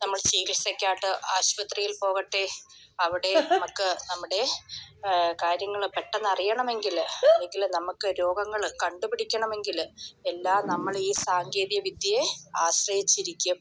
നമ്മൾ സീരിയസ് ഒക്കെ ആയിട്ട് ആശുപത്രിയിൽ പോവട്ടെ അവിടെ നമുക്ക് നമ്മുടെ കാര്യങ്ങൾ പെട്ടെന്ന് അറിയണമെങ്കിൽ എങ്കിൽ നമുക്ക് രോഗങ്ങൾ കണ്ടുപിടിക്കണമെങ്കിൽ എല്ലാം നമ്മൾ ഈ സാങ്കേതിക വിദ്യയെ ആശ്രയിച്ചിരിക്കും